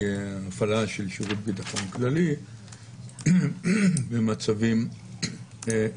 הפעלה של שירות ביטחון כללי במצבים רגילים.